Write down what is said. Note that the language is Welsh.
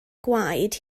gwaed